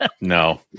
no